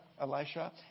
Elisha